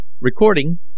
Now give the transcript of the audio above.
Recording